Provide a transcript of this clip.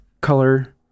color